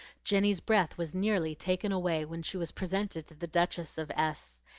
jenny's breath was nearly taken away when she was presented to the duchess of s,